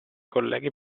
colleghi